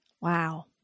Wow